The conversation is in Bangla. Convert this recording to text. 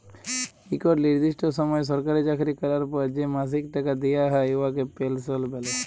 ইকট লিরদিষ্ট সময় সরকারি চাকরি ক্যরার পর যে মাসিক টাকা দিয়া হ্যয় উয়াকে পেলসল্ ব্যলে